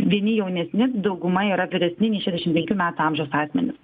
vieni jaunesni dauguma yra vyresni nei šešiasdešim penkių metų amžiaus asmenys